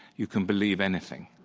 you can believe anything,